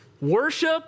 worship